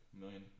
Million